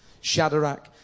Shadrach